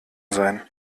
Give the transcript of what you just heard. sein